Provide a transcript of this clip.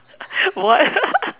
what